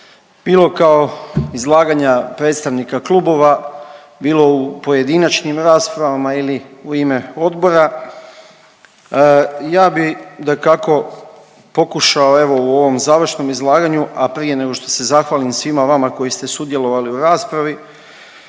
bilo kao izlaganja predstavnika klubova, bilo u pojedinačnim raspravama ili u ime odbora. Ja bih dakako pokušao evo u ovom završnom izlaganju a prije nego što se zahvalim svima vama koji ste sudjelovali u raspravi